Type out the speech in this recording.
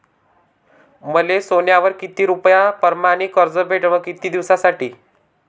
मले सोन्यावर किती रुपया परमाने कर्ज भेटन व किती दिसासाठी?